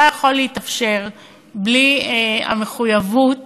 לא היה יכול להתאפשר בלי המחויבות